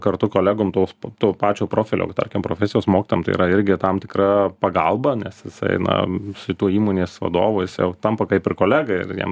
kartu kolegom tos to pačio profilio tarkim profesijos mokytojam tai yra irgi tam tikra pagalba nes jisai na su tuo įmonės vadovu jisai jau tampa kaip ir kolega ir jam